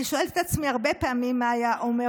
אני שואלת את עצמי הרבה פעמים מה היה אומר